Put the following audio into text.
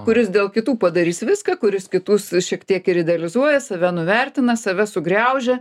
kuris dėl kitų padarys viską kuris kitus šiek tiek ir idealizuoja save nuvertina save sugriaužia